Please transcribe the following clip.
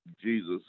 Jesus